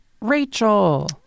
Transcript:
Rachel